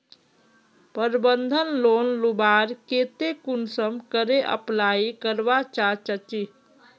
प्रबंधन लोन लुबार केते कुंसम करे अप्लाई करवा चाँ चची?